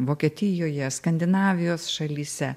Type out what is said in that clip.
vokietijoje skandinavijos šalyse